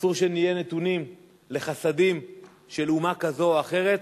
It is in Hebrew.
אסור שנהיה נתונים לחסדים של אומה כזו או אחרת.